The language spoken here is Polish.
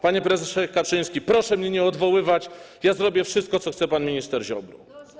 Panie prezesie Kaczyński, proszę mnie nie odwoływać, ja zrobię wszystko, co chce pan minister Ziobro.